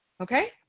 Okay